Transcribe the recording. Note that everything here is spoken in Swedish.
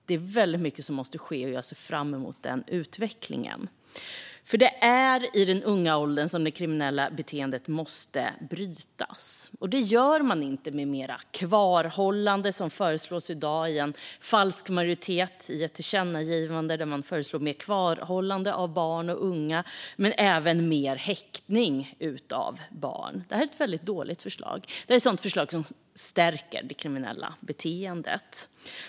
Det är väldigt mycket som måste ske, och jag ser fram emot den utvecklingen. Det är i den unga åldern som det kriminella beteendet måste brytas. Det gör man inte med mer kvarhållande, som föreslås i dag. En falsk majoritet föreslår ett tillkännagivande om mer kvarhållande av barn och unga och mer häktning av barn. Det är ett väldigt dåligt förslag som skulle stärka det kriminella beteendet.